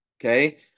Okay